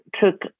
took